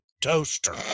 toaster